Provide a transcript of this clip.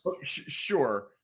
sure